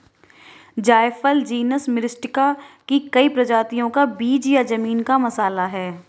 जायफल genus Myristica की कई प्रजातियों का बीज या जमीन का मसाला है